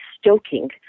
stoking